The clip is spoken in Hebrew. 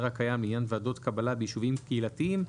הקיים לעניין ועדות קבלה ביישובים קהילתיים.